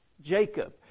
Jacob